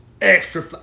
extra